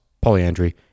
Polyandry